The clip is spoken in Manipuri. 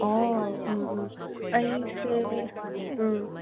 ꯑꯣ ꯎꯝ ꯎꯝ ꯑꯩꯁꯦ ꯎꯝ